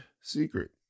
secret